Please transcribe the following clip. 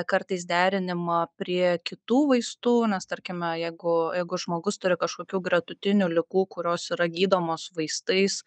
kartais derinimą prie kitų vaistų nes tarkime jeigu jeigu žmogus turi kažkokių gretutinių ligų kurios yra gydomos vaistais